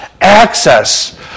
access